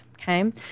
Okay